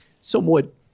somewhat